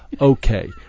okay